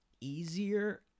easier